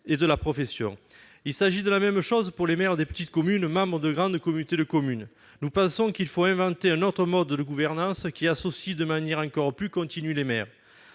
de la profession. » Il en va de même pour les maires de petites communes membres de grandes communautés de communes. Nous pensons qu'il faut inventer un autre mode de gouvernance, associant de manière plus continue les maires.